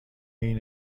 این